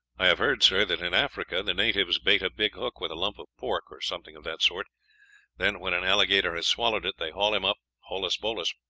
i have heard, sir, that in africa the natives bait a big hook with a lump of pork, or something of that sort then, when an alligator has swallowed it, they haul him up, holus bolus.